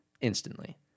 instantly